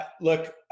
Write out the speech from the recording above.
Look